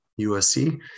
USC